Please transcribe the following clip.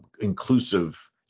inclusive